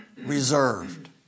reserved